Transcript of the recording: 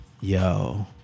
yo